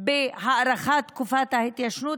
בהארכת תקופת ההתיישנות,